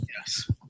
Yes